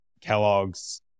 Kellogg's